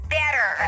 better